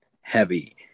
heavy